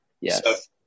Yes